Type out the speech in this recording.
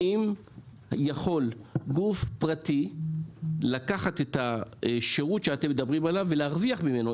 האם יכול גוף פרטי לקחת את השירות שאתם מדברים עליו ולהרוויח ממנו,